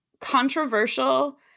controversial